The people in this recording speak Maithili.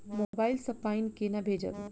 मोबाइल सँ पाई केना भेजब?